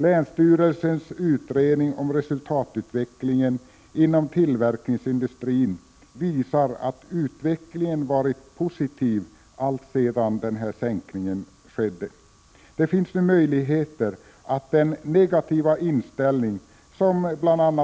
Länsstyrelsens utredning om resultatutvecklingen inom tillverkningsindustrin visar att utvecklingen varit positiv alltsedan sänkningen skedde. Det finns nu möjligheter att den negativa inställning som